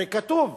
הרי כתוב: